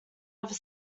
ever